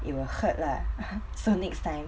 it will hurt lah so next time